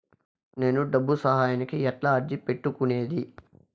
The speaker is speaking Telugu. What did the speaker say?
నేను డబ్బు సహాయానికి ఎట్లా అర్జీ పెట్టుకునేది?